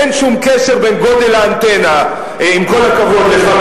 אין שום קשר לגודל האנטנה, עם כל הכבוד לך.